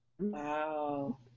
Wow